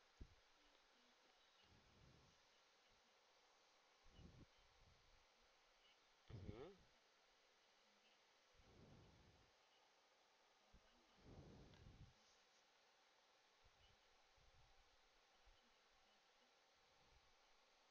mmhmm